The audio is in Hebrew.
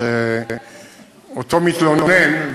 שאותו מתלונן,